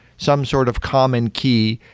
some sort of common key,